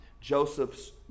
Joseph's